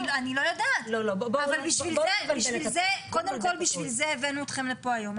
אני לא יודעת אבל בשביל זה הבאנו אתכם לפה היום,